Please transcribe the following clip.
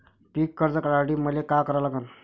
पिक कर्ज काढासाठी मले का करा लागन?